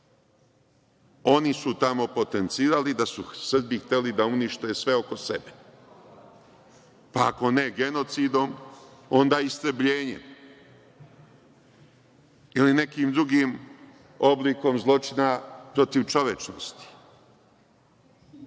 su tamo potencirali da su Srbi hteli da unište sve oko sebe, pa ako ne genocidom, onda istrebljenjem ili nekim drugim oblikom zločina protiv čovečnosti.